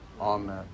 Amen